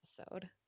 episode